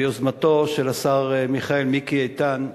ביוזמתו של השר מיכאל מיקי איתן,